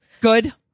Good